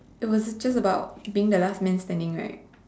it was just about being the last man standing right